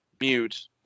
mute